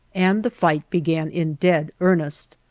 and the fight began in dead earnest.